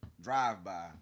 drive-by